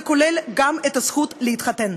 זה כולל גם את הזכות להתחתן.